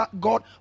God